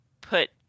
put